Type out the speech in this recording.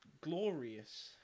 glorious